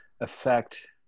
affect